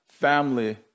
family